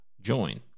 join